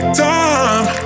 time